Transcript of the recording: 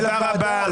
תודה רבה.